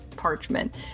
parchment